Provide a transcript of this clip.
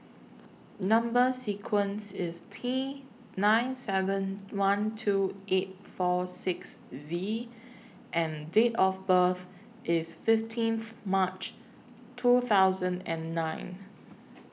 Number sequence IS T nine seven one two eight four six Z and Date of birth IS fifteenth March two thousand and nine